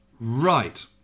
Right